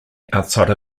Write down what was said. outside